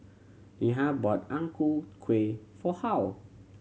Neha bought Ang Ku Kueh for Harl